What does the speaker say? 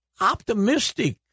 optimistic